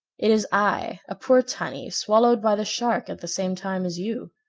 it is i, a poor tunny swallowed by the shark at the same time as you.